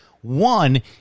One